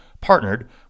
partnered